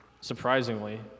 surprisingly